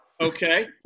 Okay